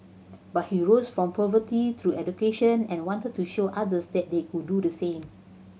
but he rose from poverty through education and wanted to show others they could do the same